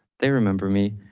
they remember me,